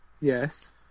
Yes